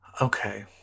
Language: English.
okay